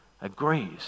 agrees